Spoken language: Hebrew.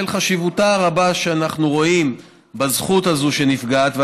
בשל החשיבות הרבה שאנחנו רואים בזכות הזאת שנפגעת,